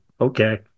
Okay